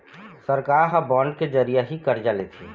सरकार ह बांड के जरिया ही करजा लेथे